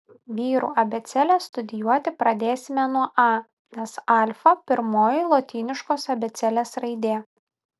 vyrų abėcėlę studijuoti pradėsime nuo a nes alfa pirmoji lotyniškos abėcėlės raidė